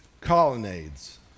colonnades